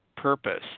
purpose